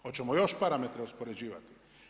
Hoćemo još parametre uspoređivati?